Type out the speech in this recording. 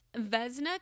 Vesna